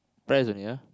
press only ah